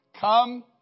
Come